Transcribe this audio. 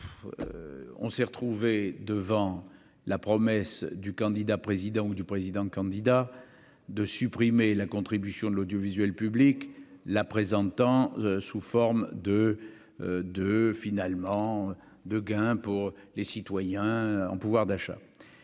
on s'est retrouvé devant la promesse du candidat président ou du président-candidat, de supprimer la contribution de l'audiovisuel public, la présentant sous forme de de finalement de gain pour les citoyens ont pouvoir d'achat,